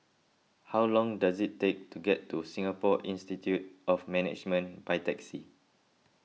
how long does it take to get to Singapore Institute of Management by taxi